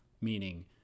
meaning